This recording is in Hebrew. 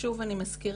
שוב אני מזכירה,